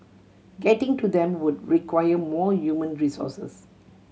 getting to them would require more resources